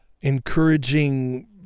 Encouraging